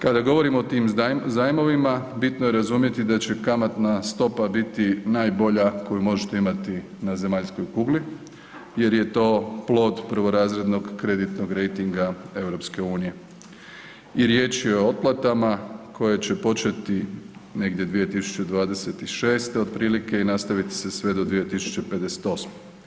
Kada govorimo o tim zajmovima bitno je razumjeti da će kamatna stopa biti najbolja koju možete imati na zemaljskoj kugli jer je to plod prvorazrednog kreditnog rejtinga EU-a i riječ je o otplatama koje će početi negdje 2026. otprilike i nastaviti se sve do 2058.